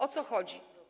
O co chodzi?